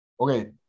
Okay